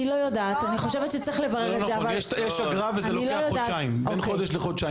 לא נכון, יש אגרה וזה לוקח בין חודש לחודשיים.